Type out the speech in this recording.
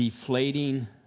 deflating